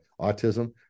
autism